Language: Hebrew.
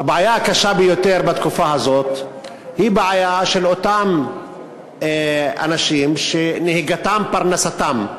הבעיה הקשה ביותר בתקופה הזאת היא בעיה של אותם אנשים שנהיגתם פרנסתם.